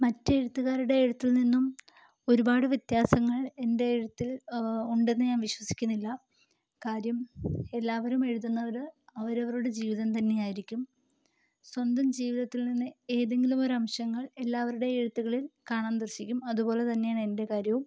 മറ്റ് എഴുത്തുകാരുടെ എഴുത്തിൽ നിന്നും ഒരുപാട് വ്യത്യാസങ്ങൾ എൻ്റെ എഴുത്തിൽ ഉണ്ടെന്ന് ഞാൻ വിശ്വസിക്കുന്നില്ല കാര്യം എല്ലാവരും എഴുതുന്നത് അവരവരുടെ ജീവിതം തന്നെയായിരിക്കും സ്വന്തം ജീവിതത്തിൽ നിന്ന് ഏതെങ്കിലും ഒരംശങ്ങൾ എല്ലാവരുടെയും എഴുത്തുകളിൽ കാണാൻ ദർശിക്കും അതുപോലെ തന്നെയാണ് എൻ്റെ കാര്യവും